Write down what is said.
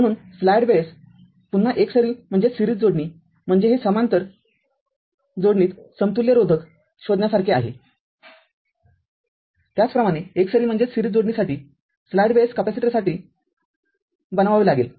म्हणून स्लाइड वेळेस पुन्हा एकसरी जोडणी म्हणजे हे समांतर जोडणीत समतुल्य रोधक शोधण्यासारखे आहेत्याचप्रमाणे एकसरी जोडणीसाठी स्लाइड वेळेस कॅपेसिटरसाठी बनवावे लागेल